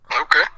Okay